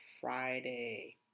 Friday